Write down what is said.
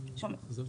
בבקשה.